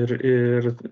ir ir